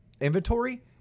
inventory